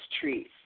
trees